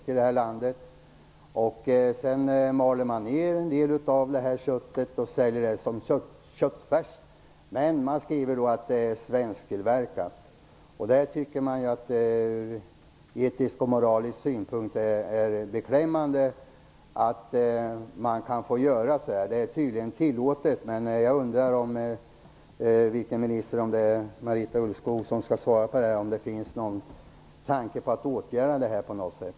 Sedan maler man ner en del av köttet och säljer det som köttfärs, men man anger då att köttfärsen är svensktillverkad. Från etisk och moralisk synpunkt är det beklämmande att det är tillåtet att göra så här. Jag undrar om det finns någon tanke på att åtgärda detta.